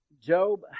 Job